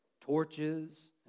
torches